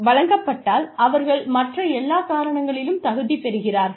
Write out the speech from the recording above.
வழங்கப்பட்டால் அவர்கள் மற்ற எல்லா காரணங்களிலும் தகுதி பெறுகிறார்கள்